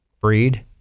breed